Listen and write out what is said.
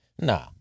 Nah